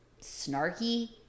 snarky